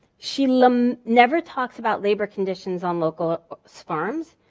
she like um never talks about labor conditions on local farms,